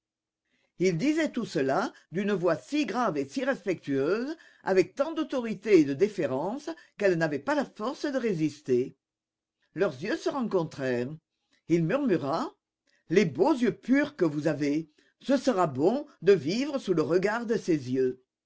il disait tout cela d'une voix si grave et si respectueuse avec tant d'autorité et de déférence qu'elle n'avait pas la force de résister leurs yeux se rencontrèrent il murmura les beaux yeux purs que vous avez ce sera bon de vivre sous le regard de ces yeux